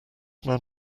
man